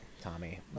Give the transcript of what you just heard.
Tommy